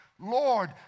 Lord